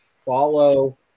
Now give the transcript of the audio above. follow